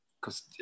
Cause